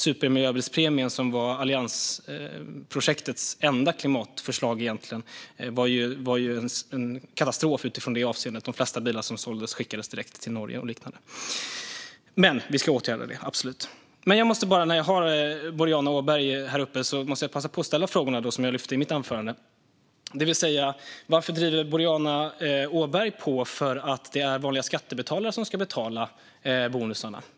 Supermiljöbilspremien, som egentligen var alliansprojektets enda klimatförslag, var nämligen en katastrof i det avseendet. De flesta bilar som såldes skickades direkt till Norge. Men vi ska absolut åtgärda detta. När jag har Boriana Åberg här uppe måste jag passa på att ställa de frågor jag lyfte i mitt anförande. Varför driver Boriana Åberg på för att vanliga skattebetalare ska betala bonusarna?